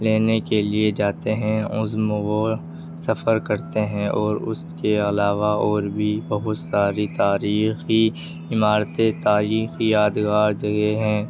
لینے کے لیے جاتے ہیں وہ سفر کرتے ہیں اور اس کے علاوہ اور بھی بہت ساری تاریخی عمارتیں تاریخی یادگار جگہیں ہیں